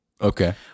Okay